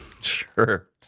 Sure